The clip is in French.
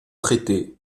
traité